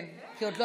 כן, כי עוד לא